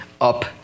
up